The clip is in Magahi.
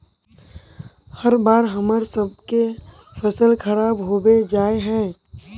हर बार हम्मर सबके फसल खराब होबे जाए है?